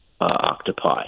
octopi